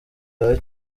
wawe